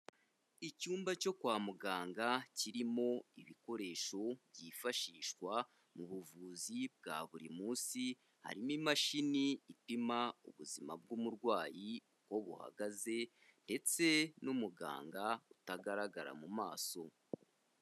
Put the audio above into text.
Icyumba cyo kwa muganga kirimo ibikoresho byifashishwa mu buvuzi bwa buri munsi, harimo imashini ipima ubuzima bw'umurwayi uko buhagaze ndetse n'umuganga utagaragara mu maso.